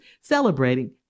celebrating